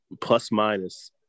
Plus-minus